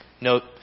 note